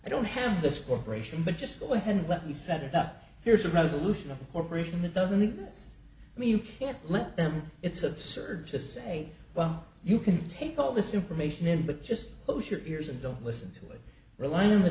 i don't have this corporation but just go ahead and let me set it up here's a resolution of a corporation that doesn't exist i mean you can't let them it's absurd to say well you can take all this information in but just close your ears and don't listen to it rely on the